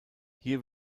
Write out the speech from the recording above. hier